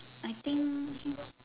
I think